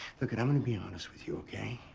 lookit, i'm going to be honest with you, okay?